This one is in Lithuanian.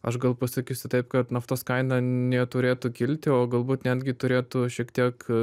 aš gal pasakysiu taip kad naftos kaina neturėtų kilti o galbūt netgi turėtų šiek tiek